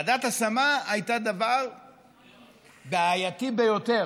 ועדת ההשמה הייתה דבר בעייתי ביותר,